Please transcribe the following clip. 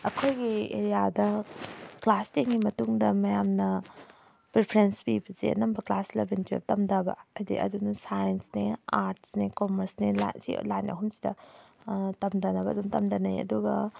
ꯑꯩꯈꯣꯏꯒꯤ ꯑꯦꯔꯤꯌꯥꯗ ꯀ꯭ꯂꯥꯁ ꯇꯦꯟꯒꯤ ꯃꯇꯨꯡꯗ ꯃꯌꯥꯝꯅ ꯄ꯭ꯔꯤꯐꯔꯦꯟꯁ ꯄꯤꯕꯁꯦ ꯑꯅꯝꯕ ꯀ꯭ꯂꯥꯁ ꯏꯂꯚꯦꯟ ꯇꯨꯌꯦꯜꯞ ꯇꯝꯊꯕ ꯍꯥꯏꯗꯤ ꯑꯗꯨꯅ ꯁꯥꯏꯟꯁꯅꯦ ꯑꯥꯔꯠꯁꯅꯦ ꯀꯣꯃꯔꯁꯅꯦ ꯁꯤ ꯂꯥꯏꯟ ꯑꯍꯨꯝꯁꯤꯗ ꯇꯝꯊꯅꯕ ꯑꯗꯨꯝ ꯇꯝꯊꯅꯩ ꯑꯗꯨꯒ